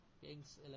Kings